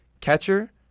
catcher